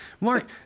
mark